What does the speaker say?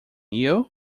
ill